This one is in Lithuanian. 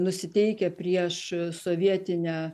nusiteikę prieš sovietinę